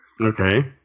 Okay